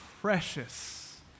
precious